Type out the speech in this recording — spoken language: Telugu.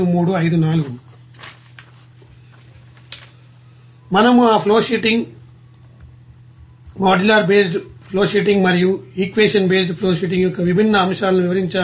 మేము ఆ ఫ్లోషీటింగ్ మోడ్యులర్ బేస్డ్ ఫ్లోషీటింగ్ మరియు ఈక్వేషన్బేస్డ్ ఫ్లోషీటింగ్ యొక్క విభిన్న అంశాలను వివరించాము